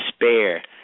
despair